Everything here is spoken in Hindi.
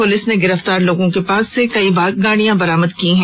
पुलिस ने गिरफ्तार लोगों के पास कई गाड़ी बरामद की है